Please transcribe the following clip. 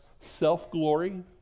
self-glory